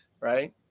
right